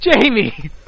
Jamie